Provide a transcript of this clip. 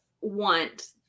want